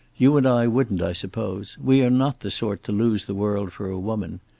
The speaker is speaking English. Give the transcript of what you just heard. you and i wouldn't, i suppose. we are not the sort to lose the world for a woman.